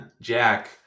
Jack